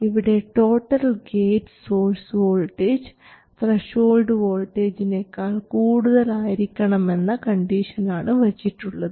ഇവിടെ total gate source voltage threshold വോൾട്ടേജിനേക്കാൾ കൂടുതൽ ആയിരിക്കണമെന്ന കണ്ടീഷനാണ് വച്ചിട്ടുള്ളത്